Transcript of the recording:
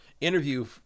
interview